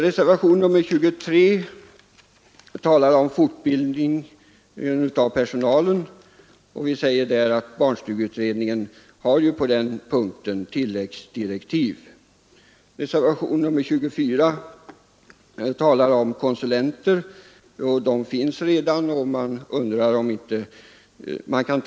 Reservationen 23 talar om fortbildning av personal. Utskottsmajoriteten säger där att barnstugeutredningen på den punkten har tilläggsdirektiv. Reservationen 24 handlar omi anställande av pedagogiska konsulter. Sådana finns redan.